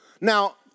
Now